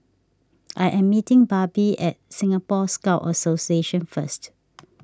I am meeting Barbie at Singapore Scout Association first